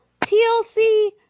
TLC